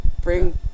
bring